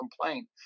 complaint